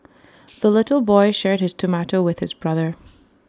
the little boy shared his tomato with his brother